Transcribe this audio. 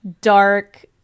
dark